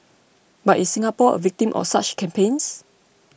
but is Singapore a victim of such campaigns